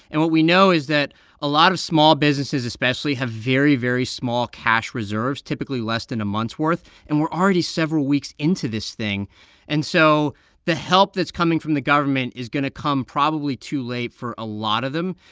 and what we know is that a lot of small businesses especially have very, very small cash reserves typically less than a month's worth. and we're already several weeks into this thing and so the help that's coming from the government is going to come probably too late for a lot of them.